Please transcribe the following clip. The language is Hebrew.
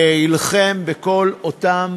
להילחם בכל אותם